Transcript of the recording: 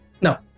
no